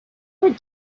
were